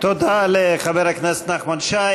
תודה לחבר הכנסת נחמן שי.